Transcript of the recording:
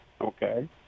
okay